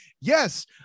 Yes